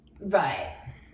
Right